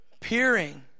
peering